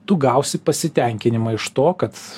tu gausi pasitenkinimą iš to kad